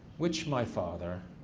which my father,